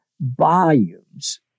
volumes